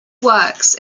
works